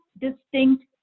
distinct